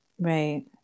Right